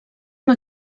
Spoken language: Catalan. una